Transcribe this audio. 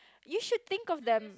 you should think of them